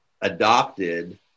adopted